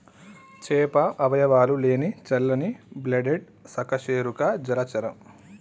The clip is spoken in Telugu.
చేప అవయవాలు లేని చల్లని బ్లడెడ్ సకశేరుక జలచరం